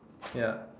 ya